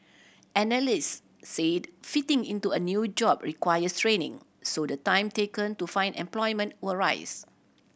analyst said fitting into a new job requires training so the time taken to find employment will rise